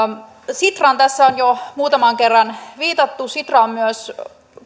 sitraan tässä on jo muutaman kerran viitattu sitra on myös